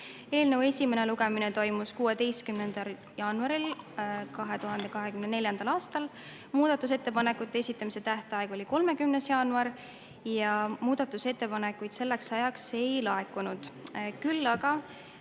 Eelnõu esimene lugemine toimus 16. jaanuaril 2024. aastal. Muudatusettepanekute esitamise tähtaeg oli 30. jaanuar. Muudatusettepanekuid selleks ajaks ei laekunud, küll aga